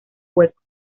hueco